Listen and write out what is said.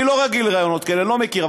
אני לא רגיל לרעיונות כאלה, לא מכיר.